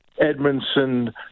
Edmondson